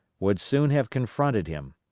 would soon have confronted him.